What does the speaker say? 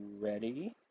ready